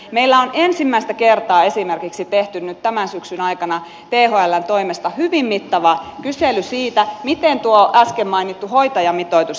meillä on ensimmäistä kertaa esimerkiksi tehty nyt tämän syksyn aikana thln toimesta hyvin mittava kysely siitä miten tuo äsken mainittu hoitajamitoitus toteutuu